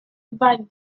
divided